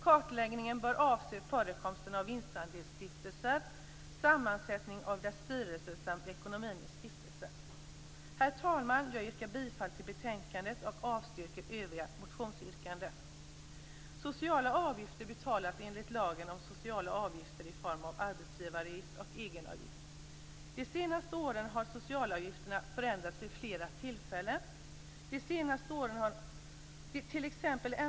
Kartläggningen bör avse förekomsten av dessa vinstandelsstiftelser, sammansättningen av deras styrelser samt ekonomin i stiftelserna. Herr talman! Jag yrkar bifall till hemställan i betänkandet och avslag på motionsyrkandena. De senaste åren har socialavgifterna förändrats vid flera tillfällen.